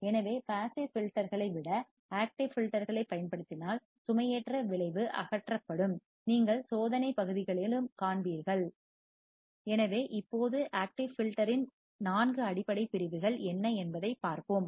எனவே பாசிவ் ஃபில்டர்களை விட ஆக்டிவ் ஃபில்டர் ஐப் பயன்படுத்தினால் சுமையேற்ற விளைவு எவ்வாறு அகற்றப்படும் நீங்கள் சோதனை பகுதியிலும் காண்பீர்கள் எனவே இப்போது ஆக்டிவ் ஃபில்டர் இன் நான்கு அடிப்படை பிரிவுகள் என்ன என்பதைப் பார்ப்போம்